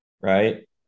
Right